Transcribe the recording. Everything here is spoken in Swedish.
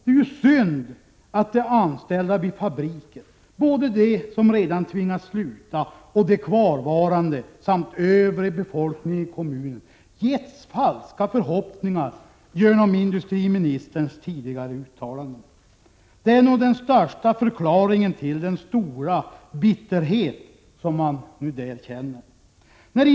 Det är synd att de anställda vid fabriken, både de som redan tvingats sluta och de kvarvarande samt övrig befolkning i kommunen, getts falska förhoppningar genom industriministerns tidigare uttalanden. Detta är nog den viktigaste förklaringen till den stora bitterhet som man känner där nu.